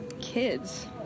Kids